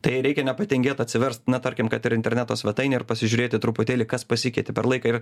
tai reikia nepatingėt atsiverst na tarkim kad ir interneto svetainę ir pasižiūrėti truputėlį kas pasikeitė per laiką ir